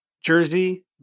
Jersey